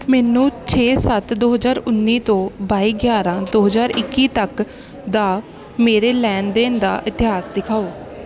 ਮੈਨੂੰ ਛੇ ਸੱਤ ਦੋ ਹਜ਼ਾਰ ਉੱਨੀ ਤੋਂ ਬਾਈ ਗਿਆਰਾਂ ਦੋ ਹਜ਼ਾਰ ਇੱਕੀ ਤੱਕ ਦਾ ਮੇਰੇ ਲੈਣ ਦੇਣ ਦਾ ਇਤਿਹਾਸ ਦਿਖਾਓ